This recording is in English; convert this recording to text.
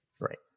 Right